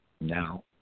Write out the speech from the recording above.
now